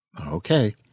Okay